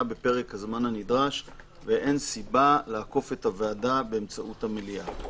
בפרק הזמן הנדרש ואין סיבה לעקוף את הוועדה באמצעות המליאה.